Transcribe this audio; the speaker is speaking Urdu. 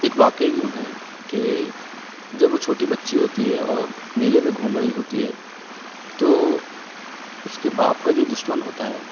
ایک واقعہ یوں ہے کہ جب وہ چھوٹی بچی ہوتی ہے اور میلے میں گھوم رہی ہوتی ہے تو اس کے باپ کا جو دشمن ہوتا ہے